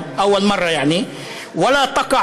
בהתאם